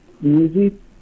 music